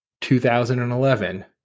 2011